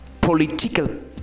political